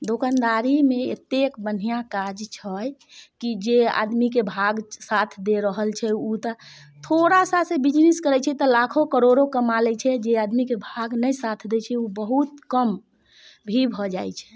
दोकानदारीमे एतेक बढ़िआँ काज छै कि जे आदमीके भाग साथ दऽ रहल छै ओ तऽ थोड़ासासँ बिजनेस करै छै तऽ लाखो करोड़ो कमा लै छै जे आदमीके भाग नहि साथ दै छै ओ बहुत कम भी भऽ जाइ छै